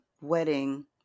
wedding